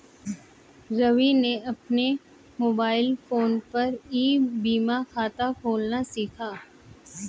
रवि ने अपने mobile phone पर ई बीमा खाता खोलना सीखा